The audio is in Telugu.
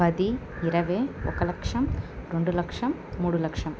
పది ఇరవై ఒక లక్ష రెండు లక్ష మూడు లక్ష